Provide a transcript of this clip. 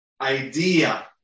idea